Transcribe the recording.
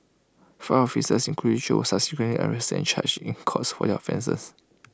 five officers including chew subsequently arrested and charged in court for their offences